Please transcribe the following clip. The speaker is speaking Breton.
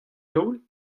daol